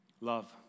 love